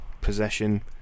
possession